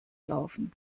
laufen